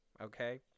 okay